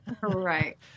Right